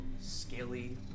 scaly